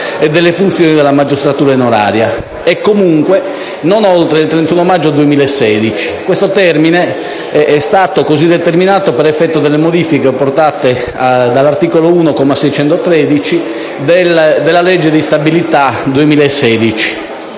e delle funzioni della magistratura onoraria e comunque non oltre il 31 maggio del 2016, termine da ultimo così determinato per effetto delle modifiche apportate dall'articolo 1, comma 613, della legge di stabilità 2016